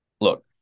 Look